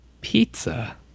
Pizza